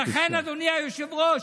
ולכן, אדוני היושב-ראש,